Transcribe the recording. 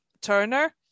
turner